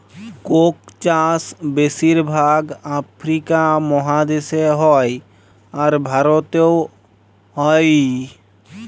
Coke চাষ বেশির ভাগ আফ্রিকা মহাদেশে হ্যয়, আর ভারতেও হ্য়য়